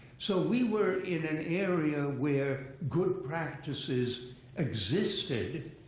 so we were in an area where good practices existed.